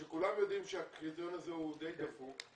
שכולם יודעים שהקריטריון הזה הוא די דפוק,